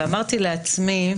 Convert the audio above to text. ואמרתי לעצמי,